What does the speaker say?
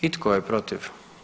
I tko je protiv?